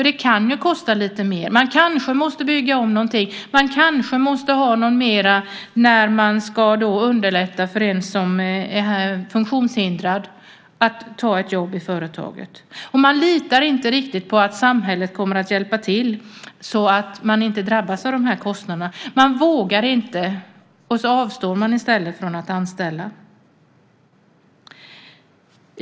Det kan kosta lite mer. Man kanske måste bygga om något. Man kanske måste ha något mer för att underlätta för en funktionshindrad att ta ett jobb i företaget. Man litar inte riktigt på att samhället kommer att hjälpa till så att man inte drabbas av kostnaderna. Man vågar inte, och sedan avstår man i stället från att anställa.